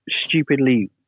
stupidly